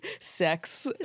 sex